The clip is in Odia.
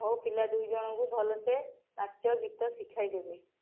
ମୋ ପିଲା ଦୁଇଜଣଙ୍କୁ ଭଲସେ ନାଚ ଗୀତ ଶିଖାଇଦେବେ